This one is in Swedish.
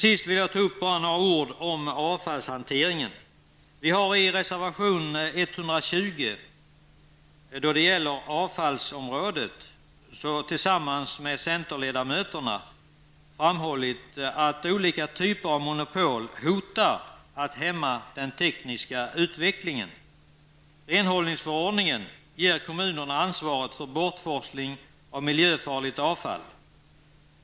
Sist vill jag säga några ord om avfallshanteringen. Vi har i reservation 120 när det gäller avfallsområdet tillsammans med centerledamöterna framhållit att olika typer av monopol hotar att hämma den tekniska utvecklingen. Renhållningsförordningen ger kommunerna ansvaret för bortforsling av miljöfarligt avfall.